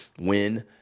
win